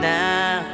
now